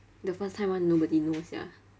the first time [one] nobody know sia